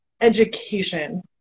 education